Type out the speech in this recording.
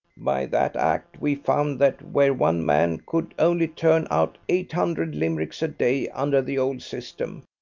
by that act we found that where one man could only turn out eight hundred limericks a day under the old system,